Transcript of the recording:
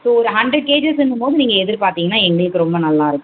so ஒரு hundred கேஜஸுங்கும்போது நீங்கள் எதிர்ப்பார்தீங்கன்னா எங்களுக்கு ரொம்ப நல்லாயிருக்கும்